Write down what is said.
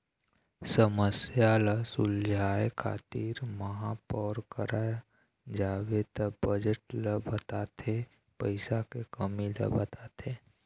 समस्या ल सुलझाए खातिर महापौर करा जाबे त बजट ल बताथे पइसा के कमी ल बताथे